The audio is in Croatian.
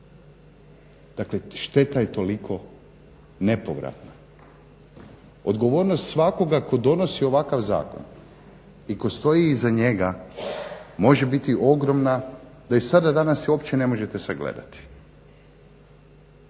Dakle, šteta je toliko nepovratna. Odgovornost svakoga tko donosi ovakav zakon i tko stoji iza njega može biti ogromna da i sada danas je uopće ne možete sagledati.